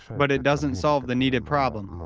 but it doesn't solve the needed problem,